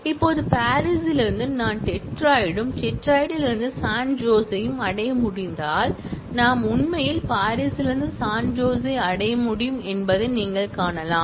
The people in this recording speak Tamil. இப்போது பாரிஸிலிருந்து நான் டெட்ராய்டையும் டெட்ராய்டில் இருந்து சான் ஜோஸையும் அடைய முடிந்தால் நான் உண்மையில் பாரிஸிலிருந்து சான் ஜோஸை அடைய முடியும் என்பதை நீங்கள் காணலாம்